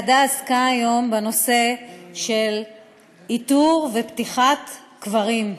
הוועדה עסקה היום בנושא של איתור ופתיחה של קברים.